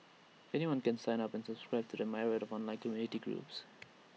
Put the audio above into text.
anyone can sign up and subscribe to the myriad of online community groups